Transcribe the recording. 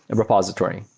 and repository.